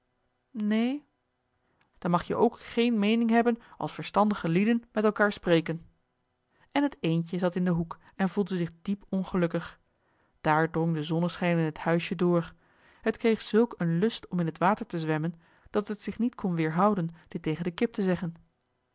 neen dan mag je ook geen meening hebben als verstandige lieden met elkaar spreken en het eendje zat in den hoek en voelde zich diep ongelukkig daar drong de zonneschijn in het huisje door het kreeg zulk een lust om in het water te zwemmen dat het zich niet kon weerhouden dit tegen de kip te zeggen